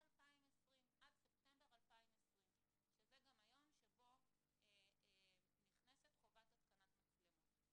עד ספטמבר 2020 שזה גם היום שבו נכנסת חובת התקנת מצלמות.